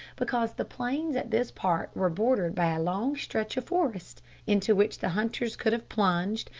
because the plains at this part were bordered by a long stretch of forest into which the hunters could have plunged,